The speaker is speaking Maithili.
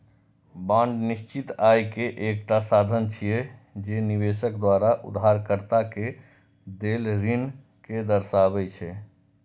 बांड निश्चित आय के एकटा साधन छियै, जे निवेशक द्वारा उधारकर्ता कें देल ऋण कें दर्शाबै छै